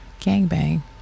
gangbang